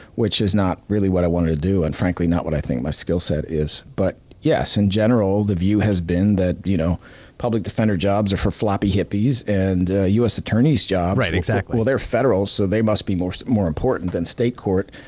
which is not really what i wanted to do, and frankly not what i think my skillset is. but yes, in general the view has been that you know public defender jobs are for floppy hippies. and u. s. attorneys jobs, well they're federal, so they must be more so more important than state court,